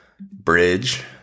bridge